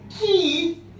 key